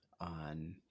on